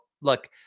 look